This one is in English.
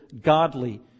godly